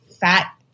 fat